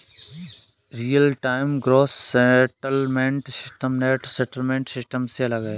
real time gross settlement system net settlement system से अलग है